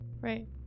right